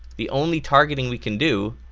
the only targeting we can do